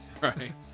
Right